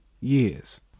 Years